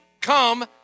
Come